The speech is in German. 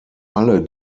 alle